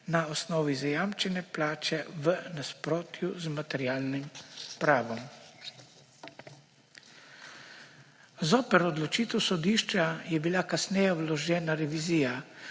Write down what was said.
na osnovi zajamčene plače v nasprotju z materialnim pravom. Zoper odločitev sodišča je bila kasneje vložena revizija.